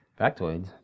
Factoids